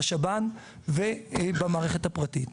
בשב"ן ובמערכת הפרטית.